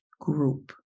group